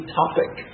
topic